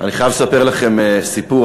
אני חייב לספר לכם סיפור.